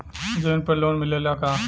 जमीन पर लोन मिलेला का?